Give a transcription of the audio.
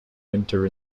winter